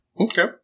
Okay